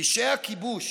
פשעי הכיבוש